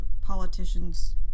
politicians